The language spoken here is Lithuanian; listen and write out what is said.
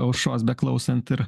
aušros beklausant ir